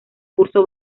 curso